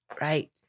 Right